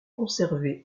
conservé